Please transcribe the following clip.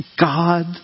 God